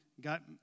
got